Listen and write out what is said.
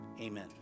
Amen